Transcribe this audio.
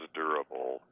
durable